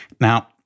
Now